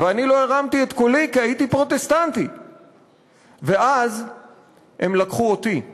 ואני לא הרמתי את קולי/ כי הייתי פרוטסטנטי.// ואז הם לקחו אותי/